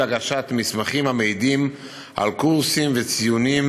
הגשת מסמכים המעידים על קורסים וציונים,